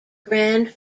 grand